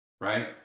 right